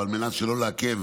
ועל מנת שלא לעכב